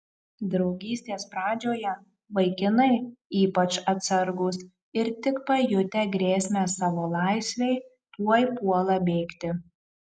draugystės pradžioje vaikinai ypač atsargūs ir tik pajutę grėsmę savo laisvei tuoj puola bėgti